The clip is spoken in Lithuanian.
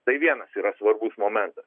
tai vienas yra svarbus momentas